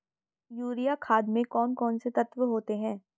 Urea खाद में कौन कौन से तत्व होते हैं?